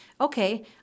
okay